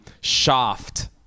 Shaft